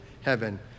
heaven